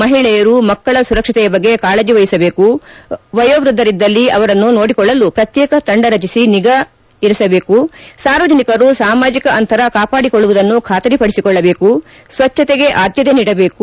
ಮಹಿಳೆಯರು ಮಕ್ಕಳ ಸುರಕ್ಷತೆಯ ಬಗ್ಗೆ ಕಾಳಜಿ ವಹಿಸಬೇಕು ವಯೋವೃದ್ಧರಿದ್ದಲ್ಲಿ ಅವರನ್ನು ನೋಡಿಕೊಳ್ಳಲು ಪ್ರತ್ಯೇಕ ತಂಡ ರಚಿಸಿ ವಿಶೇಷ ನಿಗಾ ಇರಿಸಬೇಕು ಸಾರ್ವಜನಿಕರು ಸಾಮಾಜಿಕ ಅಂತರ ಕಾಪಾಡಿಕೊಳ್ಳುವುದನ್ನು ಖಾತರಿಪಡಿಸಿಕೊಳ್ಳಬೇಕು ಸ್ವಚ್ಛತೆಗೆ ಆದ್ಯತೆ ನೀಡಬೇಕು